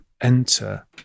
enter